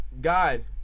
God